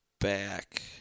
back